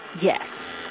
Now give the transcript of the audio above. Yes